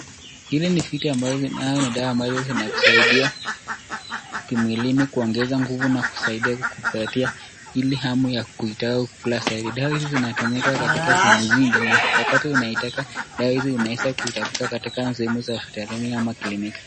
Hili ni vitu, dawa ambazo zinakusaidia kimwilini kuongeza nguvu na kukusaidia kukupatia ile hamu ya kuitaka kukula zaidi. Dawa hizi inatumika sehemu nyingi na wakati unazitafuta dawa hizi unaweza kuitafuta sehemu za hospitalini au kliniki.